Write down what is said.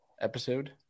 episode